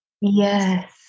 Yes